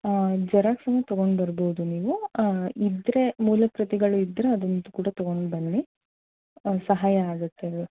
ಹಾಂ ಜೆರಾಕ್ಸೂ ತೊಗೊಂಡು ಬರ್ಬೋದು ನೀವು ಇದ್ದರೆ ಮೂಲ ಪ್ರತಿಗಳು ಇದ್ದರೆ ಅದನ್ನು ಕೂಡ ತೊಗೊಂಡು ಬನ್ನಿ ಸಹಾಯ ಆಗುತ್ತೆ ಅಲ್ಲವಾ